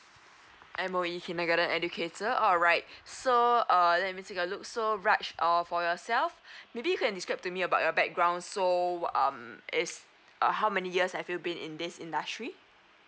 M_O_E kindergarten educator alright so err let me take a look so raj err for yourself maybe you can describe to me about your background so um it's err how many years have you been in this industry